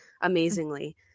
amazingly